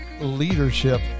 Leadership